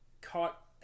caught